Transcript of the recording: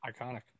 iconic